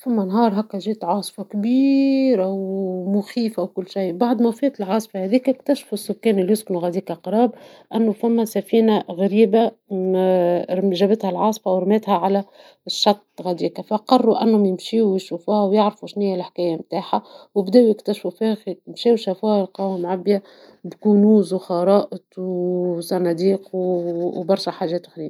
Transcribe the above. فما نهارهكا جات عاصفة كبيرة ومخيفة وكل شي، بعدما وفات العاصفة اكتشفوا السكان لي يسكنوا غاديكا قراب أنوا فما سفينة غريبة جابتها العاصفة ورماتها على الشط غاديكا فقروا أنهم يمشيو ويعرفوا شنيا الحكاية نتاعها وبداو يكتشفوا فيها مشاو شافوها ولقاوها معبية بكنوز وخرائط وصناديق وبرشا حاجات ثمينة.